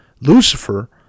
Lucifer